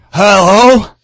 Hello